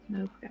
Okay